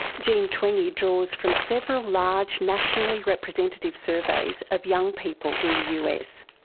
jean twenge draws from several large nationally representative surveys of young people in the us.